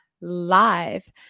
live